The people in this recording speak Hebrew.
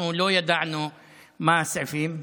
אנחנו לא ידענו מה הסעיפים,